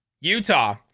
Utah